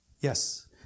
Yes